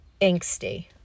angsty